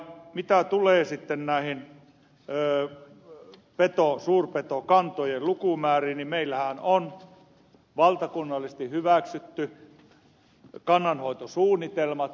mitä tulee näihin suurpetokantojen lukumääriin niin meillähän on valtakunnallisesti hyväksytty kannanhoitosuunnitelmat